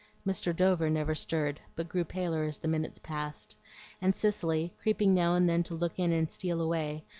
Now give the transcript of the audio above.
mr. dover never stirred, but grew paler as the minutes passed and cicely, creeping now and then to look in and steal away,